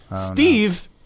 Steve